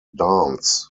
dance